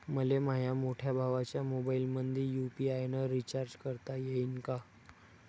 मले माह्या मोठ्या भावाच्या मोबाईलमंदी यू.पी.आय न रिचार्ज करता येईन का?